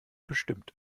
bestimmt